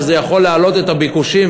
שזה יכול להעלות את הביקושים,